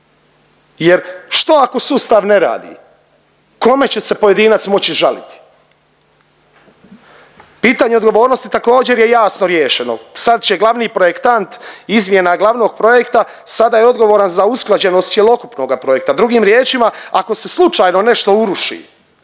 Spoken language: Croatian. jer, što ako sustav ne radi? Kome će se pojedinac moći žaliti? Pitanje odgovornosti također, je jasno riješeno. Sad će glavni projektant izmjena glavnog projekta sada je odgovaran za usklađenost cjelokupnog projekta, drugim riječima, ako se slučajno nešto uruši,